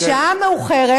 השעה מאוחרת,